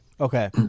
okay